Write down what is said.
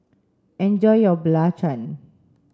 enjoy your Belacan